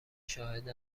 شاهد